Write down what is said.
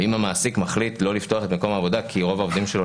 ואם המעסיק מחליט לא לפתוח את מקום העבודה כי רוב העובדים שלו,